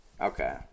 Okay